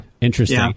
Interesting